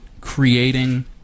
creating